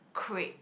crepe